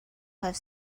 have